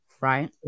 right